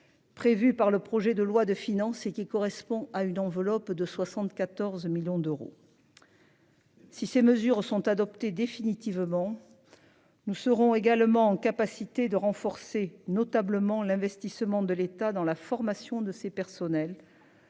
Prévue par le projet de loi de finances et qui correspond à une enveloppe de 74 millions d'euros. Si ces mesures sont adoptées définitivement. Nous serons également en capacité de renforcer notablement l'investissement de l'État dans la formation de ces personnels.